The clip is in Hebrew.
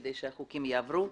כדי שהחוקים יעברו.